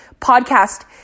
podcast